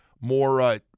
more